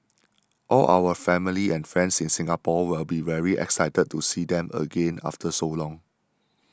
all our family and friends in Singapore will be very excited to see them again after so long